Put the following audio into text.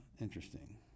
interesting